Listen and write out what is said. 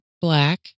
black